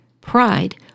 pride